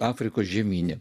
afrikos žemyne